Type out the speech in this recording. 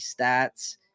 Stats